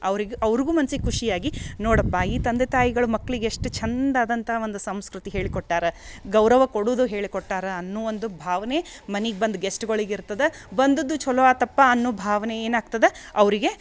ಅವ್ರಿಗೆ ಅವ್ರ್ಗು ಮನ್ಸಿಗೆ ಖುಷಿಯಾಗಿ ನೋಡಪ್ಪ ಈ ತಂದೆ ತಾಯಿಗಳು ಮಕ್ಳಿಗೆ ಎಷ್ಟು ಚಂದಾದಂಥ ಒಂದು ಸಂಸ್ಕೃತಿ ಹೇಳಿ ಕೊಟ್ಟಾರ ಗೌರವ ಕೊಡುದು ಹೇಳಿ ಕೊಟ್ಟಾರ ಅನ್ನುವೊಂದು ಭಾವನೆ ಮನಿಗೆ ಬಂದ ಗೆಸ್ಟ್ಗೊಳಿಗ ಇರ್ತದ ಬಂದುದ್ದು ಛಲೋ ಆತಪ್ಪ ಅನ್ನು ಭಾವನೆ ಏನಾಗ್ತದೆ ಅವರಿಗೆ